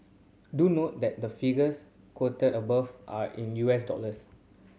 do note that the figures quoted above are in U S dollars